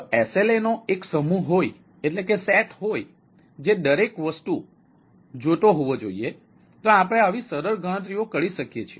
જો SLA નો એક સમૂહ કરવા માંગો છો